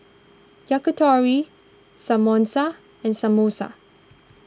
Yakitori Samosa and Samosa